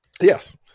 Yes